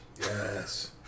Yes